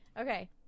Okay